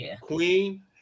Queen